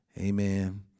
Amen